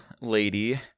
lady